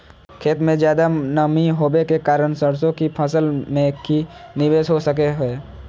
खेत में ज्यादा नमी होबे के कारण सरसों की फसल में की निवेस हो सको हय?